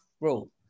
rule